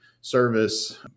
service